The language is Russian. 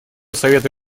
совета